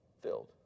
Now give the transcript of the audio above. filled